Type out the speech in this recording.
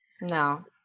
No